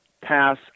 pass